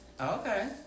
Okay